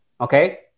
Okay